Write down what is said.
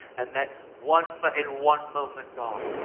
and that one, in one moment, god,